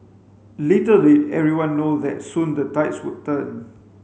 little did everyone know that soon the tides would turn